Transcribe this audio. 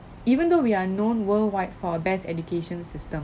even though we are known worldwide for best education system